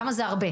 כמה זה הרבה?